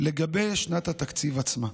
לגבי שנת התקציב עצמה.